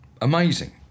amazing